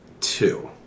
two